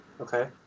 Okay